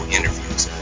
Interviews